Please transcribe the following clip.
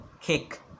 kick